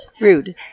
Rude